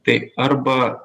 taip arba